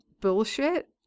bullshit